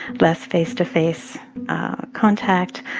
less face-to-face contact.